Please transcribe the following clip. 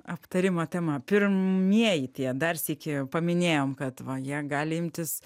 aptarimo tema pirmieji tie dar sykį paminėjom kad va jie gali imtis